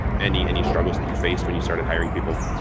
any, any struggles that you faced when you started hiring people?